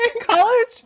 college